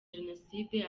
jenoside